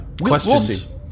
Questions